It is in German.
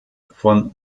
von